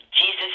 Jesus